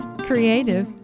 creative